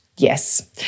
yes